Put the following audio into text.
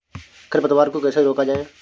खरपतवार को कैसे रोका जाए?